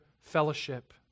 fellowship